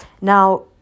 Now